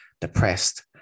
depressed